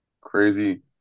Crazy